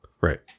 Right